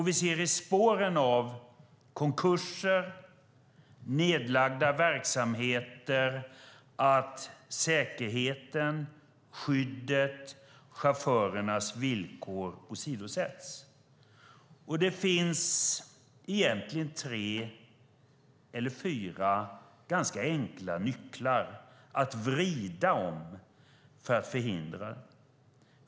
I spåren av konkurser och nedlagda verksamheter ser vi att säkerheten, skyddet och chaufförernas villkor åsidosätts. Det finns egentligen tre eller fyra ganska enkla nycklar att vrida om för att förhindra det.